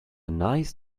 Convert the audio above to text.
nice